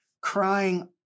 crying